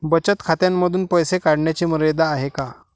बचत खात्यांमधून पैसे काढण्याची मर्यादा आहे का?